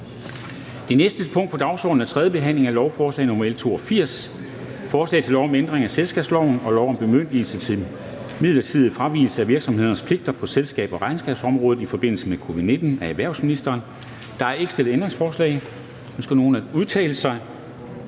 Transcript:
Det næste punkt på dagsordenen er: 7) 3. behandling af lovforslag nr. L 82: Forslag til lov om ændring af selskabsloven og lov om bemyndigelse til midlertidig fravigelse af virksomheders pligter på selskabs- og regnskabsområdet i forbindelse med covid-19. (Lempeligere krav til omregistrering af